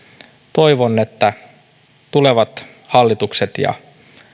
toivon että tulevat hallitukset ja